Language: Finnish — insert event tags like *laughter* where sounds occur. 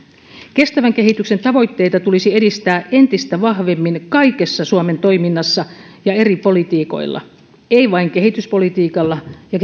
kestävän kehityksen tavoitteita tulisi edistää entistä vahvemmin kaikessa suomen toiminnassa ja eri politiikoilla ei vain kehityspolitiikalla ja *unintelligible*